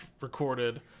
recorded